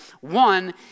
one